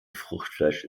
fruchtfleisch